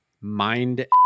mind